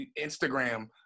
Instagram